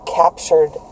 captured